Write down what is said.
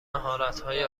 مهارتهای